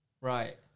right